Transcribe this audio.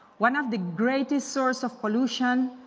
one of the greatest source of pollution